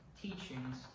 teachings